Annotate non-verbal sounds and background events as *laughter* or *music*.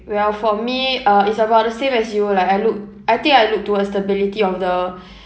well for me uh it's about the same as you like I look I think I look towards stability of the *breath*